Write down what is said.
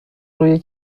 روی